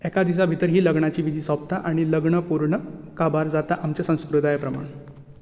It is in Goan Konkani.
एका दिसा भितर ही लग्नाची विधी सोंपता आनी लग्न पूर्ण काबार जाता आमच्या संस्कृताये प्रमाण